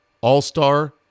All-Star